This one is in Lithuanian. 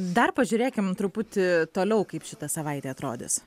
dar pažiūrėkim truputį toliau kaip šita savaitė atrodys